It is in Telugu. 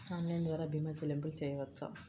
ఆన్లైన్ ద్వార భీమా చెల్లింపులు చేయవచ్చా?